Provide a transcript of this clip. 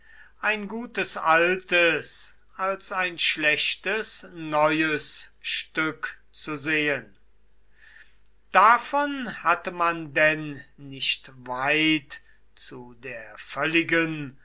ein gutes altes als ein schlechtes neues stück zu sehen davon hatte man denn nicht weit zu der völligen